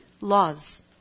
laws